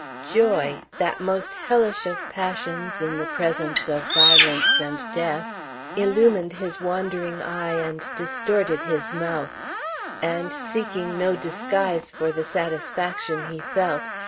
joy that most hellish of passions in the presence of violence and death illumined his wandering eye and distorted his mouth and, seeking no disguise for the satisfaction he felt,